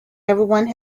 everyone